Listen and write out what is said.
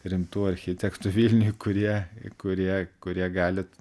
rimtų architektų vilniuj kurie kurie kurie galit